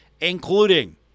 including